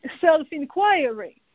self-inquiry